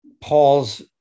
Paul's